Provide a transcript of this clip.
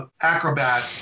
acrobat